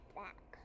back